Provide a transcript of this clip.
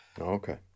Okay